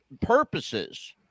purposes